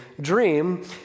dream